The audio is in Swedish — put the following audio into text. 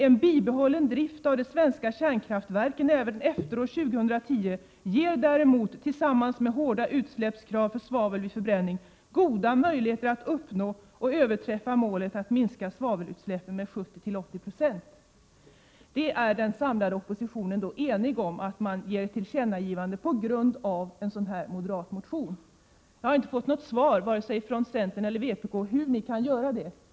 ”En bibehållen drift av de svenska kärnkraftverken även efter år 2010 ger däremot, tillsammans med hårda utsläppskrav för svavel vid förbränning, goda möjligheter att uppnå och överträffa målet att minska svavelutsläppen med 70-80 96.” Den samlade oppositionen har alltså enat sig om ett tillkännagivande på grund av en sådan här moderat motion. Jag har inte fått något svar vare sig från centern eller vpk hur de kan göra det.